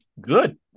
Good